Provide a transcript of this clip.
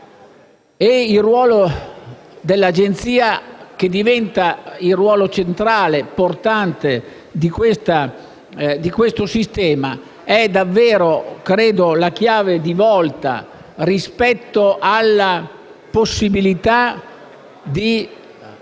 Il ruolo dell'Agenzia, che diventa centrale e portante di questo sistema, è davvero la chiave di volta rispetto alla possibilità di